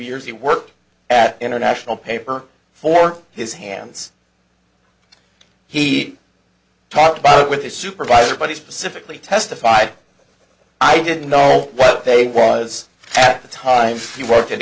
years he worked at international paper for his hands he talked about it with his supervisor but he specifically testified i didn't know what they was at the time he worked at